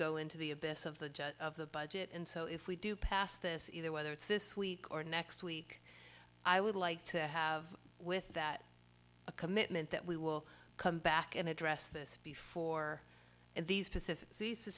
go into the abyss of the of the budget and so if we do pass this either whether it's this week or next week i would like to have with that a commitment that we will come back and address this before these specific